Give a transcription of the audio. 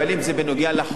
בנוגע לחוק.